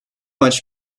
maç